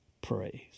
praise